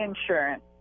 insurance